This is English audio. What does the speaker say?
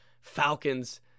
Falcons